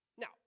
Now